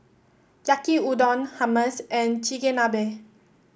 Yaki Udon Hummus and Chigenabe